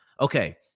Okay